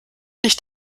nicht